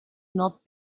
not